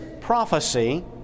prophecy